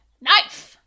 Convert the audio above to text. Knife